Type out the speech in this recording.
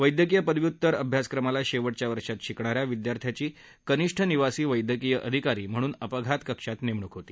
वद्यक्रीय पदव्युतर अभ्यासक्रमाला शेव िया वर्षात शिकणाऱ्या विद्यार्थ्याची कनिष्ठ निवासी वद्यक्रीय अधिकारी म्हणून अपघात कक्षात नेमणूक होती